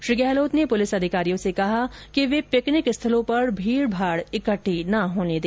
श्री गहलोत ने पुलिस अधिकारियों से कहा कि वे पिकनिक स्थलों पर भीड भाड इकट्ठा न होने दे